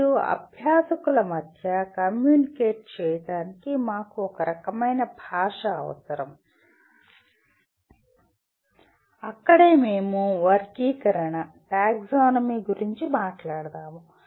మరియు అభ్యాసకుల మధ్య కమ్యూనికేట్ చేయడానికి మాకు ఒక రకమైన భాష అవసరం మరియు అక్కడే మేము వర్గీకరణ గురించి మాట్లాడుతాము